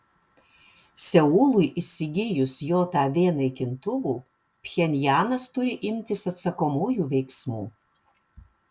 seului įsigijus jav naikintuvų pchenjanas turi imtis atsakomųjų veiksmų